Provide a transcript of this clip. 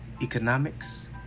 economics